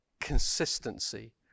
consistency